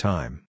Time